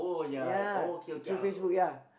ya through Facebook ya